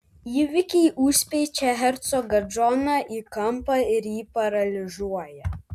įvykiai užspeičia hercogą džoną į kampą ir jį paralyžiuoja